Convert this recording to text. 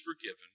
forgiven